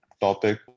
topic